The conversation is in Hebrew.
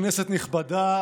כנסת נכבדה,